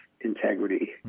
integrity